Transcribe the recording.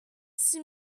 six